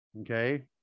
Okay